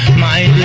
my